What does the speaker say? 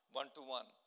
one-to-one